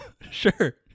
Sure